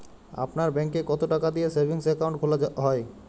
আপনার ব্যাংকে কতো টাকা দিয়ে সেভিংস অ্যাকাউন্ট খোলা হয়?